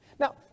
Now